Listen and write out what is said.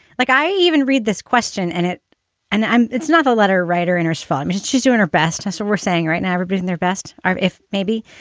like, i even read this question and it and it's not a letter writer in his five minutes, she's doing her best. so we're saying right now everybody's in their best, ah if maybe.